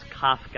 Kafka